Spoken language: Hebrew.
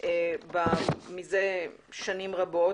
זה שנים רבות.